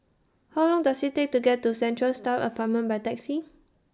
How Long Does IT Take to get to Central Staff Apartment By Taxi